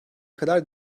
kadar